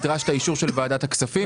נדרש את האישור של ועדת הכספים.